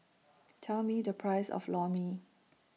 Tell Me The Price of Lor Mee